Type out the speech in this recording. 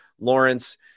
Lawrence